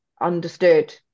understood